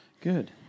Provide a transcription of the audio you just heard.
Good